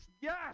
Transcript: Yes